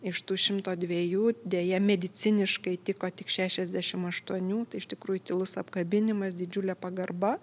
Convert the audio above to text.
iš tų šimto dviejų deja mediciniškai tiko tik šešiasdešimt aštuonių tai iš tikrųjų tylus apkabinimas didžiulė pagarba